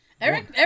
Eric